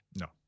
No